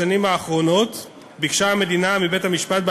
בשנים האחרונות ביקשה המדינה מבית-המשפט,